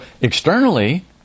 externally